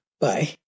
Bye